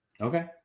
Okay